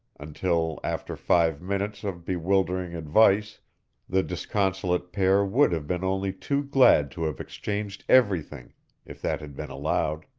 until after five minutes of bewildering advice the disconsolate pair would have been only too glad to have exchanged everything if that had been allowed.